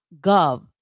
.gov